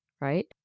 Right